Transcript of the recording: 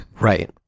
Right